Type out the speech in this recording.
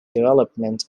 development